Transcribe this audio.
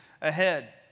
ahead